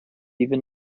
even